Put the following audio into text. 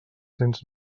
cents